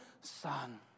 son